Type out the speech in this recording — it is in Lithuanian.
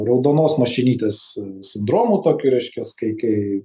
raudonos mašinytės sindromu tokiu reiškias kai kai